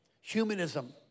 humanism